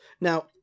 Now